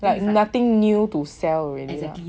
like nothing new to sell already